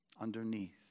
Underneath